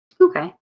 Okay